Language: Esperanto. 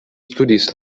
studis